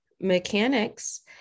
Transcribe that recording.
mechanics